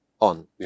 on